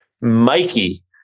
Mikey